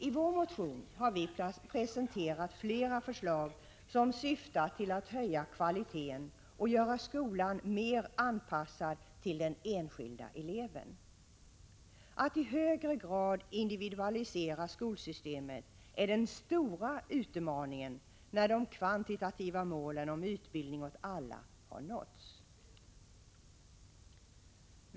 I vår motion har vi presenterat flera förslag som syftar till att höja kvaliteten och göra skolan mer anpassad till den enskilde eleven. Att i högre grad individualisera skolsystemet är den stora utmaningen när de kvantitativa målen om utbildning åt alla har nåtts.